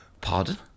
Pardon